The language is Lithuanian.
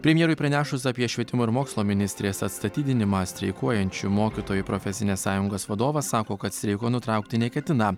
premjerui pranešus apie švietimo ir mokslo ministrės atstatydinimą streikuojančių mokytojų profesinės sąjungos vadovas sako kad streiko nutraukti neketina